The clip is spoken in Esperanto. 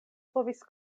povis